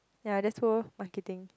ya that's whole marketing